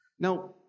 Now